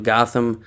Gotham